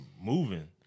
moving